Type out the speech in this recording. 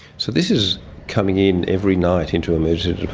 so this is coming in every night into emergency